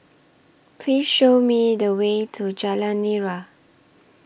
Please Show Me The Way to Jalan Nira